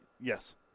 Yes